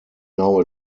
now